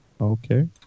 Okay